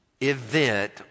event